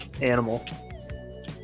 animal